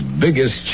biggest